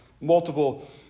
multiple